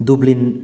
dublin